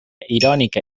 irònica